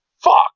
fuck